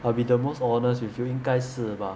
I will be the most honest with you 应该是吧